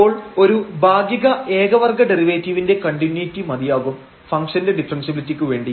അപ്പോൾ ഒരു ഭാഗിക ഏക വർഗ്ഗ ഡെറിവേറ്റീവിന്റെ കണ്ടിന്യൂയിറ്റി മതിയാകും ഫംഗ്ഷൻറെ ഡിഫറെൻഷ്യബിലിറ്റിക്ക് വേണ്ടി